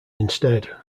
instead